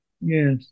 Yes